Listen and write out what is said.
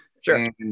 Sure